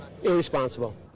irresponsible